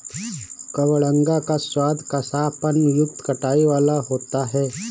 कबडंगा का स्वाद कसापन युक्त खटाई वाला होता है